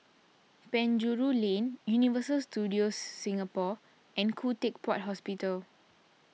Penjuru Lane Universal Studios Singapore and Khoo Teck Puat Hospital